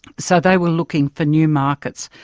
so they were looking for new markets,